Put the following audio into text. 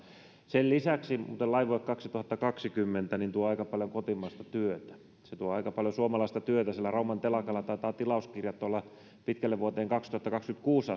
sen lisäksi muuten laivue kaksituhattakaksikymmentä tuo aika paljon kotimaista työtä se tuo aika paljon suomalaista työtä siellä rauman telakalla taitavat tilauskirjat olla pitkälle vuoteen kaksituhattakaksikymmentäkuusi